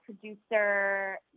producer